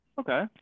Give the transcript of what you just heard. Okay